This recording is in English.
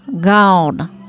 God